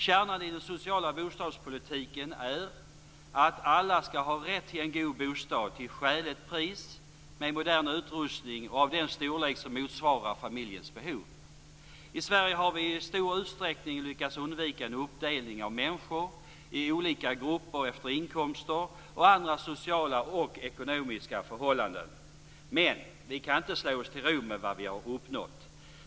Kärnan i den sociala bostadspolitiken är att alla ska ha rätt till en god bostad till skäligt pris, med modern utrustning och av den storlek som motsvarar familjens behov. I Sverige har vi i stor utsträckning lyckats undvika en uppdelning av människor i olika grupper efter inkomster och andra sociala och ekonomiska förhållanden. Men vi kan inte slå oss till ro med vad vi har uppnått.